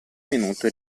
minuto